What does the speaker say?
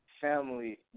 family